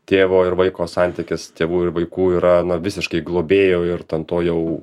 tėvo ir vaiko santykis tėvų ir vaikų yra nuo visiškai globėjo ir ten to jau